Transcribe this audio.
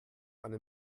eine